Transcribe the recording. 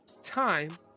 time